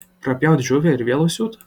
prapjaut žuvį ir vėl užsiūt